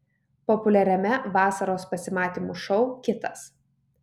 populiariame vasaros pasimatymų šou kitas